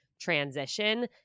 transition